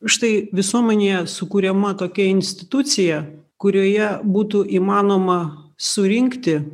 štai visuomenėje sukuriama tokia institucija kurioje būtų įmanoma surinkti